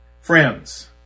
Friends